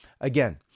Again